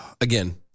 Again